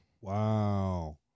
Wow